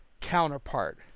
counterpart